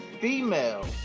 female